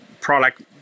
product